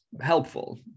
helpful